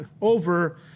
over